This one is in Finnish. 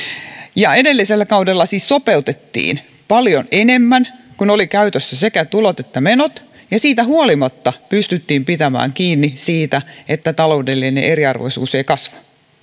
edellisellä kaudella siis sopeutettiin paljon enemmän kun oli käytössä sekä tulot että menot ja siitä huolimatta pystyttiin pitämään kiinni siitä että taloudellinen eriarvoisuus ei kasva